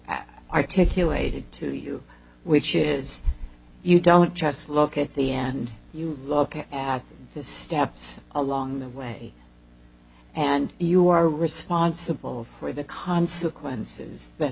articulated to you which is you don't just look at the end you look at the steps along the way and you are responsible for the consequences that